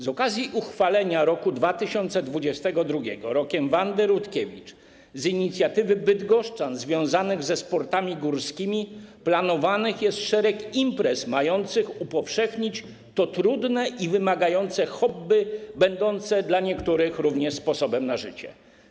Z okazji uchwalenia roku 2022 rokiem Wandy Rutkiewicz z inicjatywy bydgoszczan związanych ze sportami górskimi planowany jest szereg imprez mających upowszechnić to trudne i wymagające hobby będące dla niektórych również sposobem na życie.